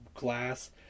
glass